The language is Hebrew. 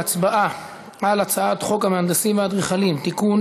אנחנו נעבור להצבעה על הצעת חוק המהנדסים והאדריכלים (תיקון,